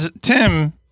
Tim